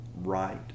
Right